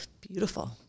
beautiful